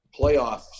playoffs